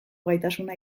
gaitasuna